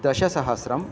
दशसहस्रम्